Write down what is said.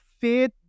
faith